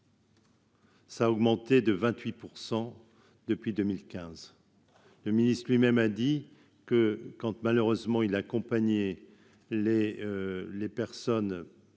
ça a augmenté de 28 % depuis 2015 le ministre lui-même a dit que quand malheureusement il accompagné les les personnes